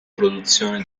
produzione